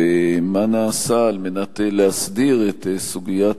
ומה נעשה על מנת להסדיר את סוגיית